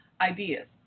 ideas